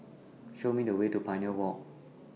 Show Me The Way to Pioneer Walk